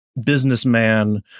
businessman